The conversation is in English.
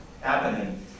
happening